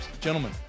Gentlemen